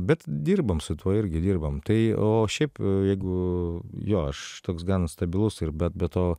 bet dirbam su tuo irgi dirbam tai o šiaip jeigu jo aš toks gan stabilus ir be be to